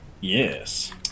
Yes